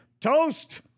toast